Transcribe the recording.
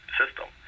system